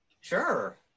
Sure